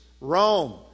Rome